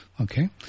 Okay